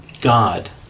God